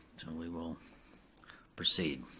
we will proceed.